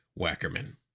Wackerman